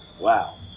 Wow